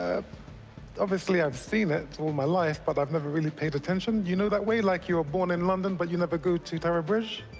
ah obviously i've seen it all my life, but i've never really paid attention. you know that way? like you're born in london, but you never go to tower bridge.